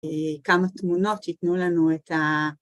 ‫כמה תמונות ייתנו לנו את ה...